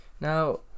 Now